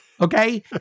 Okay